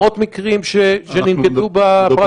מאות מקרים שננקטו בפרקטיקה הזאת?